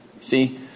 See